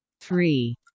three